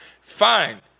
fine